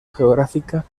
geográfica